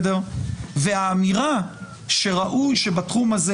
והאמירה שראוי שבתחום הזה,